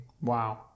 Wow